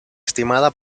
estimada